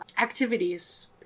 activities